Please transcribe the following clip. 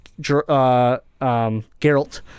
Geralt